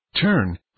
Turn